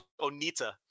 Onita